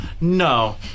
No